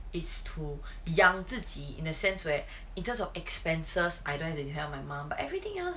it's too 养自己 in the sense where in terms of expenses I don't have to tell my mom but everything else